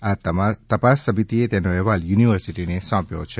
આ તપાસ સમિતિએ તેનો અહેવાલ યુનિવર્સિટીને સોંપ્યો છે